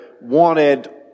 wanted